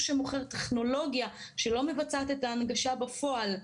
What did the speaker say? שמוכר טכנולוגיה שלא מבצעת את ההנגשה בפועל,